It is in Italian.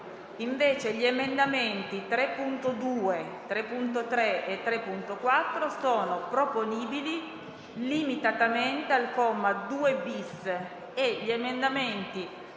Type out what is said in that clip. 3.0.19. Gli emendamenti 3.2, 3.3 e 3.4 sono proponibili limitatamente al comma 2-*bis* e gli emendamenti